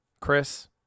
Chris